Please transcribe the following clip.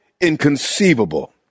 inconceivable